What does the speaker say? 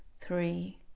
three